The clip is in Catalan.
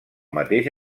mateix